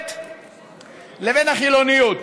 המסורת לבין החילוניות.